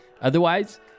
Otherwise